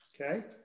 Okay